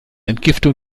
entgiftung